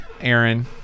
Aaron